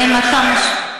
למה אין לי ציפיות ממך בכלל.